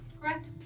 correct